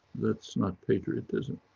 that's not patriotism.